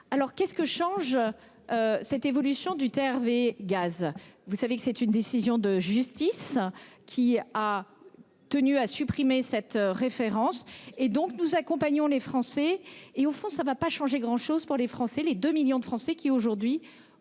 Alors qu'est ce que change. Cette évolution du TRV gaz. Vous savez que c'est une décision de justice qui a. Tenu à supprimer cette référence et donc nous accompagnons les Français et au fond ça va pas changer grand chose pour les Français, les 2 millions de Français qui aujourd'hui.